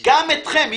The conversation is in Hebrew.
גם אתכם.